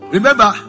Remember